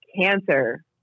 cancer